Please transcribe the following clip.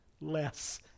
Less